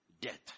death